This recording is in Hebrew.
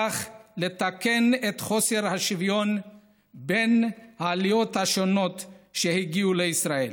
וכך לתקן את חוסר השוויון בין העליות השונות שהגיעו לישראל.